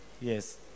yes